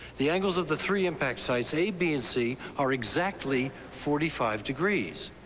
the angles of the three impact sites, a, b, and c are exactly forty five degrees.